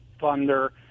thunder